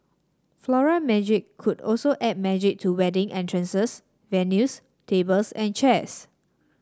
Floral Magic could also add magic to wedding entrances venues tables and chairs